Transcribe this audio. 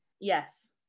Yes